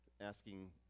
Asking